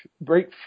break